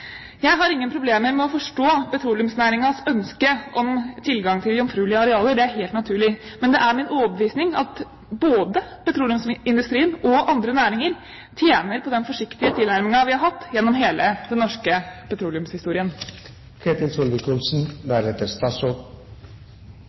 forstå petroleumsnæringens ønske om tilgang til jomfruelige arealer. Det er helt naturlig. Men det er min overbevisning at både petroleumsindustrien og andre næringer tjener på den forsiktige tilnærmingen vi har hatt gjennom hele den norske